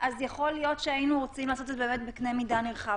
אז יכול להיות שהיינו רוצים לעשות את זה באמת בקנה מידה נרחב.